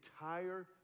entire